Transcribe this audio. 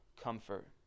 comfort